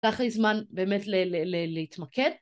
לקח לי זמן באמת להתמקד